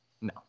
No